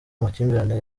amakimbirane